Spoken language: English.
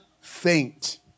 faint